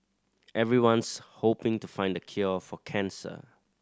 everyone's hoping to find the cure for cancer